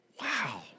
wow